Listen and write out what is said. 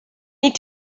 need